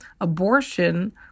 abortion